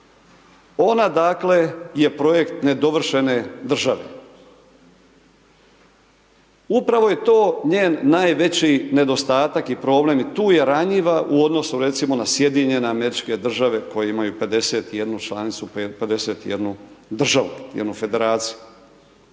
onda dakle, je projekt nedovršene države. Upravo je to njen najveći nedostatak i problem i tu je ranjiva u odnosu na recimo na SAD koji imaju 51 članicu, tj. 51 državu, jednu federaciju.